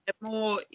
more